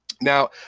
Now